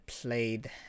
played